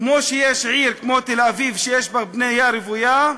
כמו שיש עיר כמו תל-אביב, שיש בה בנייה רוויה,